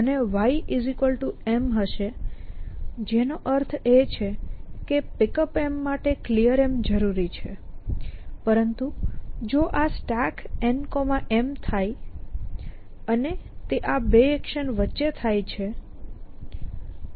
અને yM હશે જેનો અર્થ એ છે કે Pickup માટે Clear જરૂરી છે પરંતુ જો આ StackNM થાય છે અને તે આ 2 એક્શન્સ વચ્ચે થાય છે